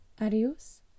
Adios